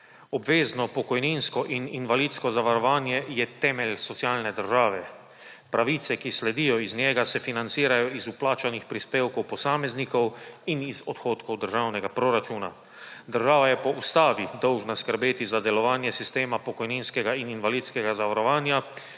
Obvezno pokojninsko in invalidsko zavarovanje je temelj socialne države. Pravice, ki sledijo iz njega, se financirajo iz vplačanih prispevkov posameznikov in iz odhodkov državnega proračuna. Država je po ustavi dolžna skrbeti za delovanje sistema pokojninskega in invalidskega zavarovanja